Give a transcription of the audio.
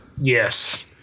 Yes